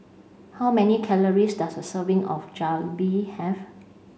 how many calories does a serving of Jalebi have